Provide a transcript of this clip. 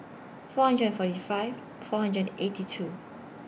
four hundred and forty five four hundred and eighty two